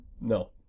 No